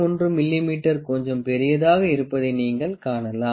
1 மிமீ கொஞ்சம் பெரியதாக இருப்பதை நீங்கள் காணலாம்